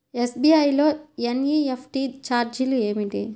SBI లో NEFT ఛార్జీలు ఏమిటి?